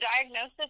diagnosis